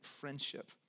friendship